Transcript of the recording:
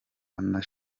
bwana